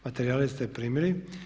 Materijale ste primili.